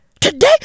today